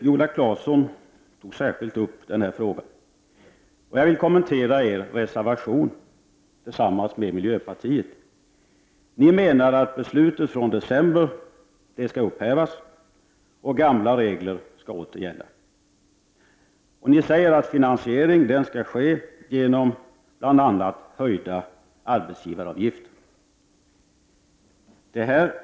Viola Claesson tog särskilt upp den här frågan, och jag vill kommentera den reservation i detta ämne som vpk tillsammans med miljöpartiet har fogat till betänkandet. Reservanterna menar att beslutet från december skall upphävas och gamla regler skall åter gälla. Finansieringen skall enligt reservanterna ske genom bl.a. en höjning av arbetsgivaravgifterna.